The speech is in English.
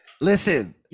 listen